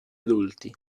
adulti